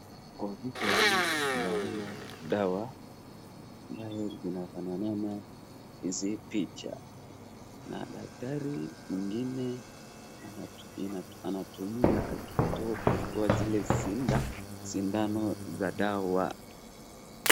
Kwa picha hii, naona dawa ambayo zinafanana hizi picha ,na daktari mwingine anatumia akitoka kuchukua zile sindano za dawa.